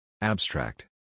Abstract